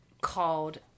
called